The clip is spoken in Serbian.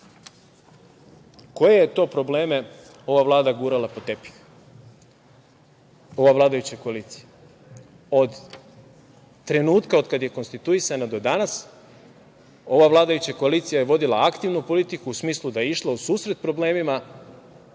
Koje je to probleme ova Vlada gurala pod tepih? Ova vladajuća koalicija od trenutka, od kada je konstituisana do danas, ova vladajuća koalicija je vodila aktivnu politiku u smislu da je išlo u susret problemima